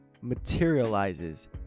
materializes